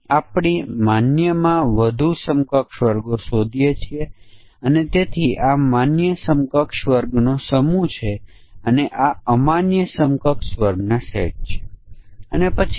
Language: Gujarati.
તો ચાલો જોઈએ કે તે કયા વિશિષ્ટ મૂલ્યો છે જેના પર તે નિષ્ફળ જશે આપણે એક વિશેષ મૂલ્ય જોશું તે એક બાઉન્ડ્રી છે અને ત્યાં અન્ય વિશેષ મૂલ્યો પણ છે જ્યાં પરીક્ષકને શંકા છે કે પ્રોગ્રામરે તે શરતો ધ્યાનમાં લીધી નથી